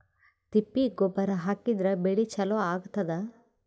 ತಿಪ್ಪಿ ಗೊಬ್ಬರ ಹಾಕಿದ್ರ ಬೆಳಿ ಚಲೋ ಆಗತದ?